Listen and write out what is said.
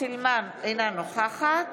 אינה נוכחת